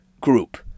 group